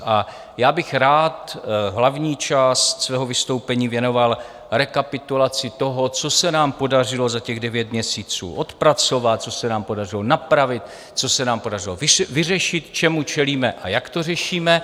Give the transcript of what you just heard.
A já bych rád hlavní část svého vystoupení věnoval rekapitulaci toho, co se nám podařilo za těch devět měsíců odpracovat, co se nám podařilo napravit, co se nám podařilo vyřešit, čemu čelíme a jak to řešíme.